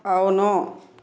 అవును